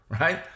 right